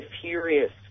furious